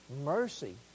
Mercy